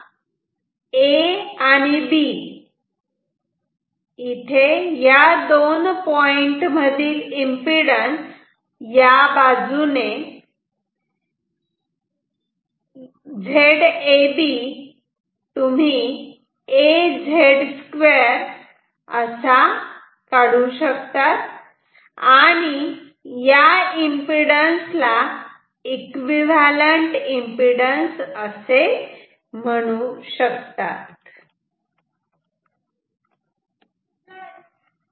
तेव्हा A आणि B या दोन पॉईंट मधील एम्पिडन्स या बाजूने A B 2 असा येतो आणि या एम्पिडन्स ला एकविव्हॅलंट एम्पिडन्स असे म्हणू या